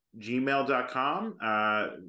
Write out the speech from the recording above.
gmail.com